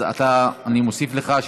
אני מוסיף לך.